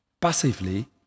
passively